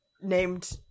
named